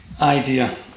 idea